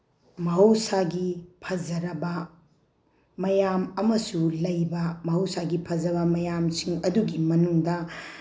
ꯃꯍꯧꯁꯥꯒꯤ ꯐꯖꯔꯕ ꯃꯌꯥꯝ ꯑꯃꯁꯨ ꯂꯩꯕ ꯃꯍꯧꯁꯥꯒꯤ ꯐꯖꯕ ꯃꯌꯥꯝꯁꯤꯡ ꯑꯗꯨꯒꯤ ꯃꯅꯨꯡꯗ